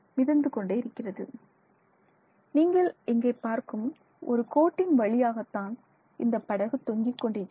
மிதந்து கொண்டே இருக்கிறது நீங்கள் இங்கே பார்க்கும் ஒரு கோட்டின் வழியாகத்தான் இந்தப் படகு தொங்கிக் கொண்டிருக்கிறது